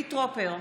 חילי טרופר,